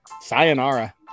sayonara